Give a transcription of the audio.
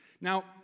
Now